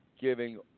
giving